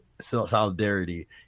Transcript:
solidarity